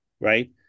right